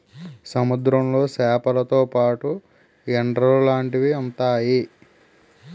సముద్రంలో సేపలతో పాటు ఎండ్రలు లాంటివి ఉంతాయి